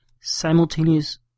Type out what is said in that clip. simultaneous